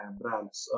brands